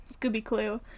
Scooby-Clue